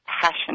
passion